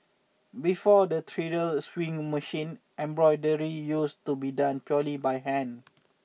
before the treadle sewing machine embroidery used to be done purely by hand